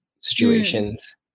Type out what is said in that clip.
situations